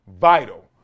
Vital